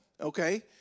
Okay